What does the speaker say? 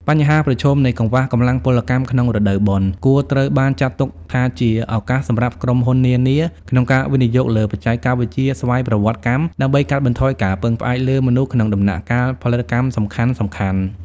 បញ្ហាប្រឈមនៃកង្វះកម្លាំងពលកម្មក្នុងរដូវបុណ្យ គួរត្រូវបានចាត់ទុកថាជាឱកាសសម្រាប់ក្រុមហ៊ុននានាក្នុងការវិនិយោគលើបច្ចេកវិទ្យាស្វ័យប្រវត្តិកម្ម ដើម្បីកាត់បន្ថយការពឹងផ្អែកលើមនុស្សក្នុងដំណាក់កាលផលិតកម្មសំខាន់ៗ។